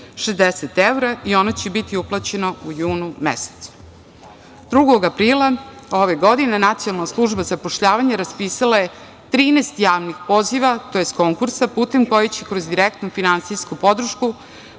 60 evra i ona će biti uplaćena u junu mesecu. Drugog aprila ove godine Nacionalna služba za zapošljavanje raspisala je 13 javnih poziva tj. konkursa putem kojih će kroz direktnu finansijsku podršku